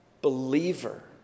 believer